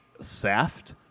Saft